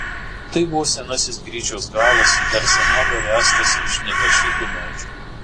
tai buvo senasis gryčios galas dar senelio ręstas iš netašytų medžių